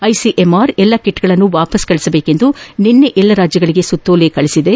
ICMR ಎಲ್ಲಾ ಕಿಟ್ಗಳನ್ನು ವಾಪಸ್ ನೀಡುವಂತೆ ನಿನ್ನೆ ಎಲ್ಲಾ ರಾಜ್ಯಗಳಿಗೆ ಸುತ್ತೋಲೆ ಹೊರಡಿಸಿದೆ